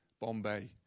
Bombay